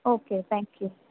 okay thank you